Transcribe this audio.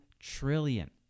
trillion